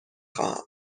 خواهم